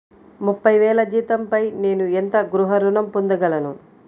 ముప్పై వేల జీతంపై నేను ఎంత గృహ ఋణం పొందగలను?